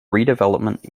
redevelopment